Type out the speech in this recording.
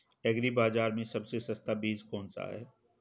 Agree बाज़ार में सबसे सस्ता बीज कौनसा है?